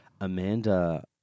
Amanda